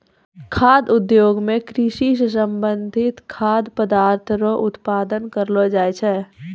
खाद्य उद्योग मे कृषि से संबंधित खाद्य पदार्थ रो उत्पादन करलो जाय छै